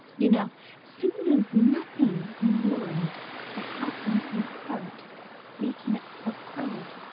you know singing is nothing in the world but happiness in the heart making itself heard.